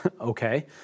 Okay